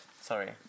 Sorry